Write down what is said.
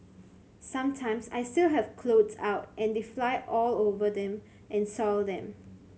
sometimes I still have clothes out and they fly all over them and soil them